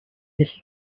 little